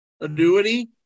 annuity